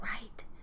right